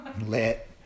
lit